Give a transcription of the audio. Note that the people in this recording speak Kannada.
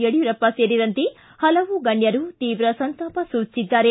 ಯಡ್ಕೂರಪ್ಪ ಸೇರಿದಂತೆ ಹಲವು ಗಣ್ಯರು ತೀವ್ರ ಸಂತಾಪ ಸೂಚಿಸಿದ್ದಾರೆ